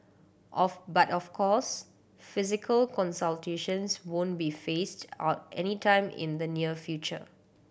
of but of course physical consultations won't be phased out anytime in the near future